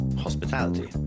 Hospitality